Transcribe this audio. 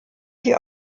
sie